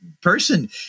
person